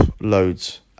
loads